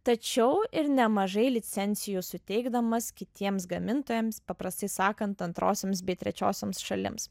tačiau ir nemažai licencijų suteikdamas kitiems gamintojams paprastai sakant antrosioms bei trečiosioms šalims